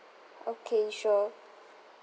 okay sure